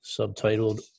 subtitled